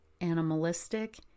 animalistic